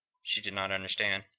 she did not understand